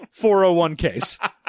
401ks